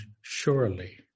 surely